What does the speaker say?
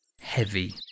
heavy